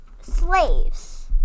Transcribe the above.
slaves